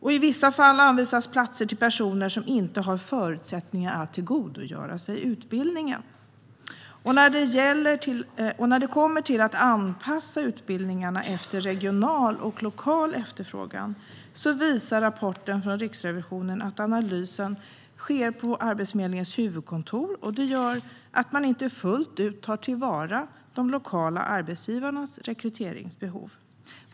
I vissa fall anvisas platser till personer som inte har förutsättningar att tillgodogöra sig utbildningen. När det handlar om att anpassa utbildningarna efter regional och lokal efterfrågan visar rapporten från Riksrevisionen att analysen sker på Arbetsförmedlingens huvudkontor. Det gör att man inte fullt ut tar till vara de lokala arbetsgivarnas rekryteringsbehov.